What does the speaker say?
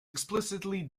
explicitly